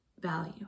value